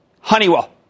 Honeywell